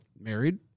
married